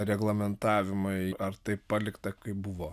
reglamentavimai ar tai palikta kaip buvo